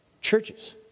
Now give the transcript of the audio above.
Churches